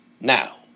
Now